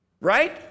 Right